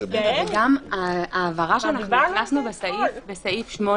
ההבהרה שהכנסנו בסעיף 8